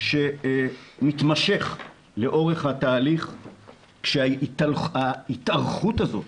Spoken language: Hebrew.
שמתמשך לאורך התהליך כשההתארכות הזאת,